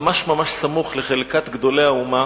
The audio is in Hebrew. ממש סמוך לחלקת גדולי האומה,